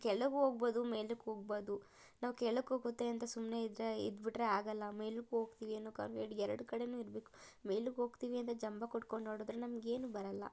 ಕೆಳಗೂ ಹೋಗ್ಬೊದು ಮೇಲಕೋಗ್ಬೊದು ನಾವು ಕೆಳಕ್ಕೆ ಹೋಗುತ್ತೆ ಅಂತ ಸುಮ್ಮನೆ ಇದ್ದರೆ ಇದ್ಬಿಟ್ರೆ ಆಗಲ್ಲ ಮೇಲಕ್ಕೆ ಹೋಗ್ತೀವಿ ಅನ್ನೋ ಕಾಂಫಿಡ್ ಎರಡು ಕಡೆನೂ ಇರಬೇಕು ಮೇಲಕ್ಕೆ ಹೋಗ್ತೀವಿ ಅಂತ ಜಂಭ ಕೊಟ್ಕೊಂಡು ಹಾಡುದ್ರೆ ನಮಗೇನೂ ಬರಲ್ಲ